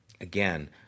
again